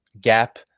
gap